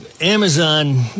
Amazon